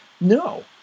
No